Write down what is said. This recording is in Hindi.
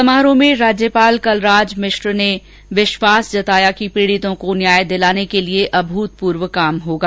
समारोह में राज्यपाल कलराज मिश्र ने विश्वास जताया कि पीड़ितों को न्याय दिलाने के लिए अभूतपूर्व काम होगा